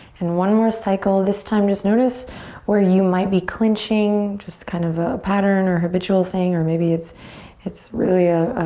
and one more cycle, this time just notice where you might be clenching. just kind of a pattern or habitual thing, or maybe it's it's really a